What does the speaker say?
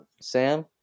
Sam